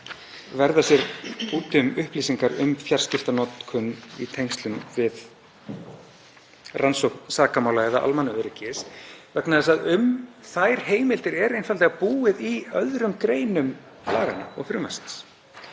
verða sér úti um upplýsingar um fjarskiptanotkun í tengslum við rannsókn sakamála eða almannaöryggi vegna þess að um þær heimildir eru einfaldlega búið í öðrum greinum laganna og frumvarpsins